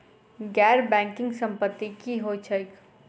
गैर बैंकिंग संपति की होइत छैक?